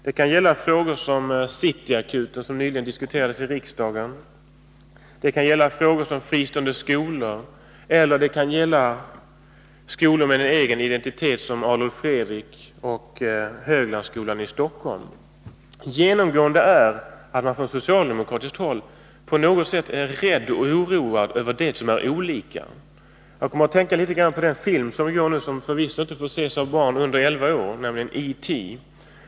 Det kan gälla frågor som City Akuten, som nyligen diskuterades i riksdagen, det kan gälla fristående skolor eller det kan gälla skolor med en egen identitet som Adolf Fredriks musikskola och Höglandsskolan i Stockholm. Genomgående är att man från socialdemokratiskt håll på något sätt är rädd och oroad över det som är olika. Jag kom att tänka litet grand på den film som går nu och som inte får ses av barn under 11 år, nämligen E.T.